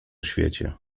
świecie